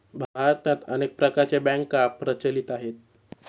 भारतात अनेक प्रकारच्या बँका प्रचलित आहेत